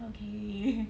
okay